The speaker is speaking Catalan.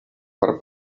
per